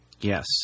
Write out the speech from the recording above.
Yes